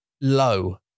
Low